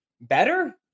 better